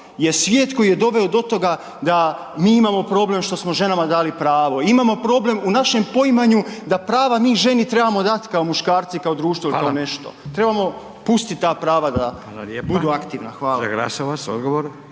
je svijet koji je doveo do toga da mi imamo problem što smo ženama dali pravo. Imamo problem u našem poimanju da prava mi ženi trebamo dati kao muškarci, kao društvo ili kao nešto. Trebamo pustiti ta prava da budu aktivna. Hvala.